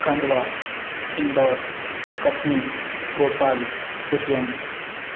Khandwa Indore Katni Bhopal Ujjain